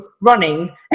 running